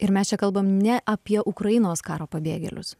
ir mes čia kalbam ne apie ukrainos karo pabėgėlius